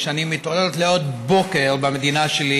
כשאני מתעוררת לעוד בוקר במדינה שלי,